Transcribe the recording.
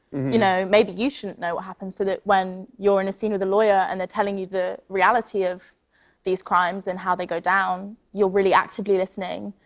you know, maybe you shouldn't know what happened so that when you're in a scene with a lawyer, and they're telling you the reality of these crimes and how they go down, you're really actively listening.